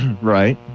Right